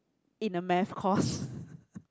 in a math course